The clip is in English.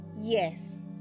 Yes